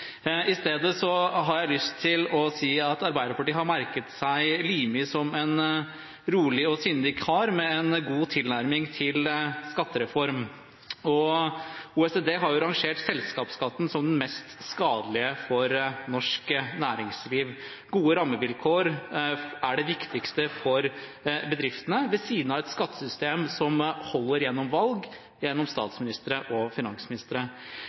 I stedet har jeg lyst til å si at Arbeiderpartiet har merket seg representanten Limi som en rolig og sindig kar med en god tilnærming til skattereform. OECD har rangert selskapsskatten som den mest skadelige for norsk næringsliv. Gode rammevilkår er det viktigste for bedriftene – ved siden av et skattesystem som holder gjennom valg, gjennom ulike statsministre og finansministre.